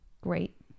Great